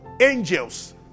angels